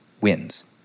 wins